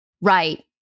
Right